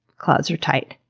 clouds are tight.